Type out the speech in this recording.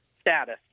status